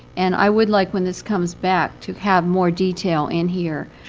and i would like, when this comes back, to have more detail in here.